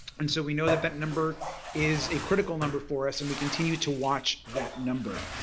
and so we know that that number is a critical number for us and we continue to watch that number.